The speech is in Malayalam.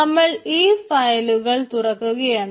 നമ്മൾ ഈ ഫയലുകൾ തുറക്കുകയാണ്